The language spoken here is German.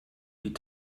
die